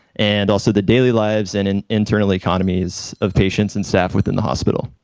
and also the daily lives and and internal economies of patients and staff within the hospital.